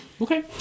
Okay